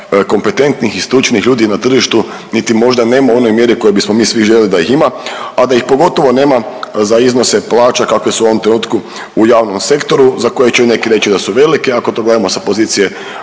kompetentnih i stručnih ljudi na tržiti niti možda nema u onoj mjeri u kojoj bismo mi svi željeli da ih ima, a da ih pogotovo nema za iznose plaća kakve su u ovom trenutku u javnom sektoru za koje će ju neki reći da su velike ako to gledamo sa pozicije